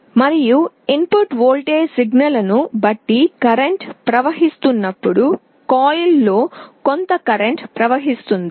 మరియు input voltage signal ను బట్టి కరెంట్ ప్రవహించేటప్పుడు కాయిల్లో కొంత కరెంట్ ప్రవహిస్తుంది